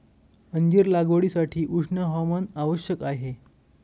अंजीर लागवडीसाठी उष्ण हवामान आवश्यक आहे